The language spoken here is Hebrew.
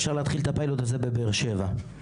אפשר להתחיל את הפיילוט הזה בבאר שבע,